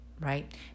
right